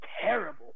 terrible